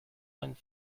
went